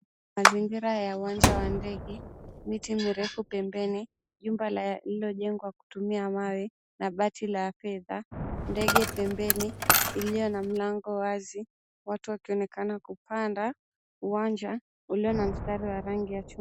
Mazingira ya uwanja wa ndege, miti mirefu pembeni, jumba lililojengwa kutumiwa mawe na bati la fedha, ndege pembeni iliyo na mlango wazi. Watu wakionekana kupanda, uwanja ulio na mstari wa rangi ya chungwa.